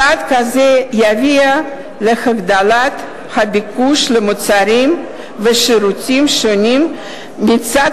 צעד כזה יביא להגדלת הביקוש למוצרים ושירותים שונים מצד